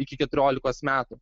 iki keturiolikos metų